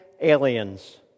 Aliens